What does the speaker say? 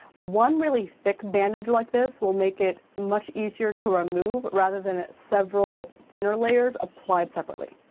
one really thick bandage like this will make it much easier to remove rather than several thinner layers applied separately.